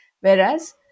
Whereas